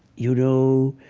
you know?